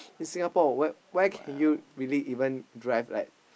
in Singapore where can you really even drive like